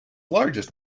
largest